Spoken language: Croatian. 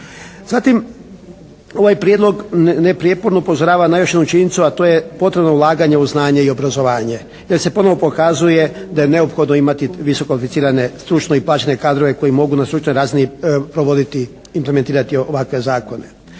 Zatim ovaj prijedlog neprijeporno upozorava najviše na činjenicu, a to je potrebno ulaganje u znanje i obrazovanje jer se ponovo pokazuje da je neophodno imati visokokvalificirane, stručne i plaćene kadrove koji mogu na stručnoj razini provoditi, implementirati ovakve zakone.